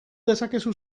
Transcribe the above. dezakezu